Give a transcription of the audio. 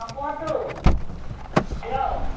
ହଁ କୁହନ୍ତୁ ହେଲୋ